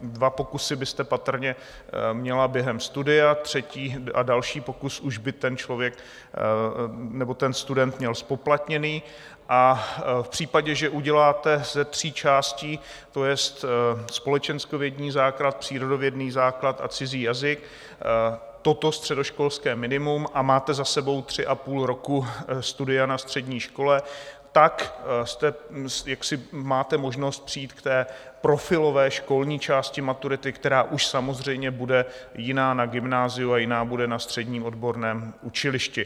Dva pokusy byste patrně měla během studia, třetí a další pokus už by ten člověk nebo student měl zpoplatněný, a v případě, že uděláte ze tří částí, to jest společenskovědní základ, přírodovědný základ a cizí jazyk, toto středoškolské minimum, a máte za sebou tři a půl roku studia na střední škole, máte možnost přijít k profilové školní části maturity, která už samozřejmě bude jiná na gymnáziu a jiná bude na středním odborném učilišti.